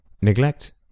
Neglect